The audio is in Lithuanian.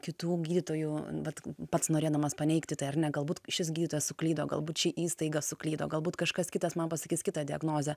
kitų gydytojų vat pats norėdamas paneigti tai ar ne galbūt šis gydytojas suklydo galbūt ši įstaiga suklydo galbūt kažkas kitas man pasakys kitą diagnozę